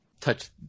touch